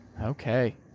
Okay